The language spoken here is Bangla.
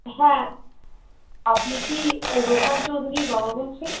হ্যাঁ আপনি কি রোহান চৌধুরীর বাবা বলছেন